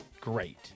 great